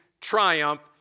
triumph